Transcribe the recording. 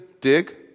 dig